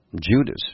Judas